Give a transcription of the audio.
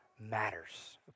matters